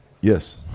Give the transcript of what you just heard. Yes